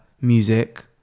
music